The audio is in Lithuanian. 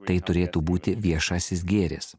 tai turėtų būti viešasis gėris